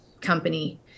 company